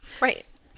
Right